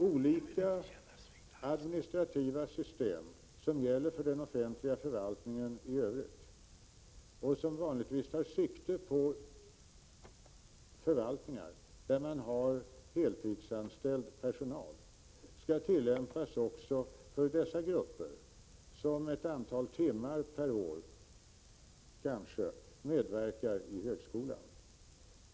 Olika administrativa system, som gäller för den offentliga förvaltningen i övrigt och som vanligtvis tar sikte på förvaltningar där man har heltidsanställd personal, skall tillämpas också för dessa grupper, som kanske ett antal timmar per år medverkar i högskolan.